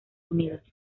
unidos